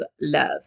love